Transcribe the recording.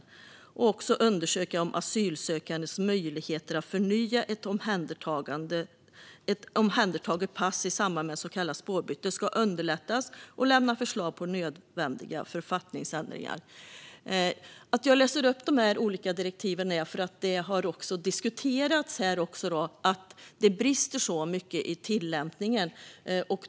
Slutligen ska utredningen undersöka om asylsökandes möjligheter att förnya ett omhändertaget pass i samband med så kallat spårbyte ska underlättas och lämna förslag på nödvändiga författningsändringar. Att jag har läst upp dessa olika direktiv beror på att det har diskuterats här att det brister så mycket i tillämpningen.